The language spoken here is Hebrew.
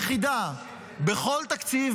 יחידה בכל תקציב,